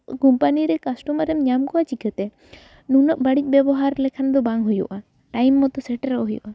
company ᱨᱮ ᱠᱟᱥᱴᱚᱢᱟᱨᱮᱢ ᱧᱟᱢ ᱠᱚᱣᱟ ᱪᱤᱠᱟᱹᱛᱮ ᱱᱩᱱᱟᱹᱜ ᱵᱟᱹᱲᱤᱡ ᱵᱮᱵᱚᱦᱟᱨ ᱞᱮᱠᱷᱟᱱ ᱫᱚ ᱵᱟᱝ ᱦᱩᱭᱩᱜᱼᱟ ᱴᱟᱭᱤᱢ ᱢᱚᱛᱚ ᱥᱮᱴᱮᱨᱚᱜ ᱦᱩᱭᱩᱜᱼᱟ